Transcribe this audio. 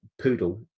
poodle